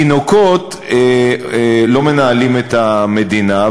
תינוקות לא מנהלים את המדינה,